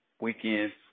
weekends